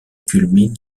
culmine